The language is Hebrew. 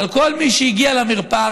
על כל מי שהגיע למרפאה,